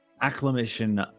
acclimation